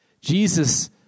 Jesus